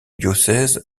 diocèse